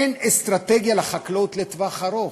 אין אסטרטגיה לחקלאות לטווח ארוך,